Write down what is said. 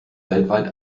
weltweit